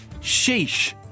Sheesh